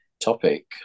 topic